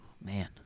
Man